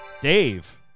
Dave